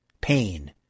pain